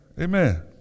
Amen